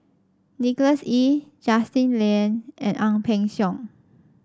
Nicholas Ee Justin Lean and Ang Peng Siong